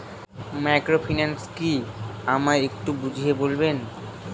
Microfinance কি আমায় একটু বুঝিয়ে বলবেন?